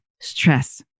stress